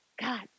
god